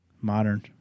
modern